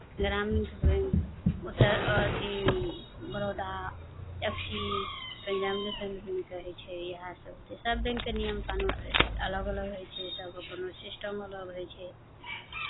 ग्रामीण बैंक उत्तर अथी Baroda Axis Punjab National Bank कहै छै इएहसभ छै सभ बैंकके नियम कानून अलग अलग होइ छै सभके ओहिमे सिस्टम अलग होइ छै